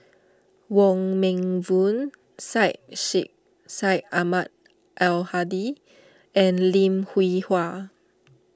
Wong Meng Voon Syed Sheikh Syed Ahmad Al Hadi and Lim Hwee Hua